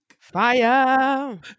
Fire